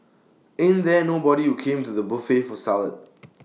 ain't there nobody who came to the buffet for salad